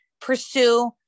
pursue